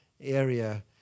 area